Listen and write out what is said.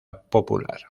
popular